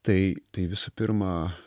tai tai visų pirma